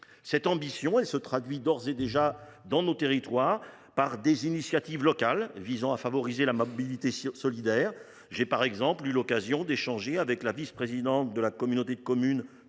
Cette ambition se traduit d’ores et déjà dans nos territoires par des initiatives locales visant à favoriser la mobilité solidaire. J’ai notamment eu l’occasion d’échanger avec la vice présidente de la communauté de communes